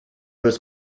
was